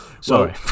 Sorry